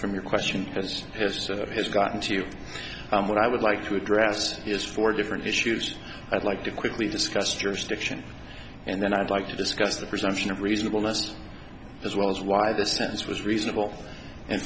from your question as has sort of has gotten to you what i would like to address is four different issues i'd like to quickly discuss jurisdiction and then i'd like to discuss the resumption of reasonable must as well as why the sentence was reasonable and